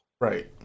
Right